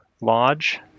lodge